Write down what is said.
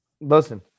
Listen